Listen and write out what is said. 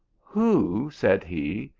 who, said he,